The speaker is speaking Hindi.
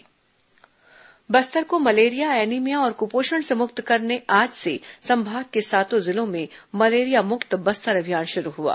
बस्तर मलेरिया अभियान बस्तर को मलेरिया एनीमिया और कुपोषण से मुक्त करने आज से संभाग के सातों जिलों में मलेरियामुक्त बस्तर अभियान शुरू हुआ